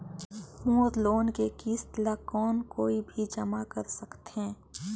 मोर loan के किस्त ल कौन कोई भी जमा कर सकथे?